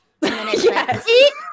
Yes